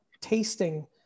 tasting